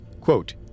Quote